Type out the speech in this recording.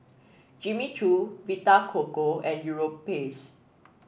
Jimmy Choo Vita Coco and Europace